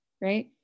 right